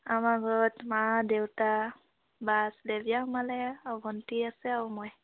আমাৰ ঘৰত মা দেউতা আৰু ভণ্টি আছে আৰু মই